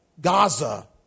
Gaza